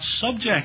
subject